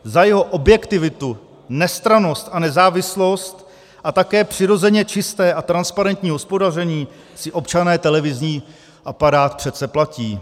Za jeho objektivitu, nestrannost a nezávislost a také přirozeně čisté a transparentní hospodaření si občané televizní aparát přece platí.